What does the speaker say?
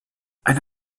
eine